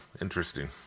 interesting